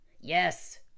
Yes